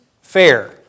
fair